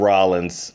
Rollins